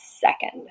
second